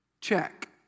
check